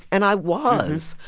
and i was,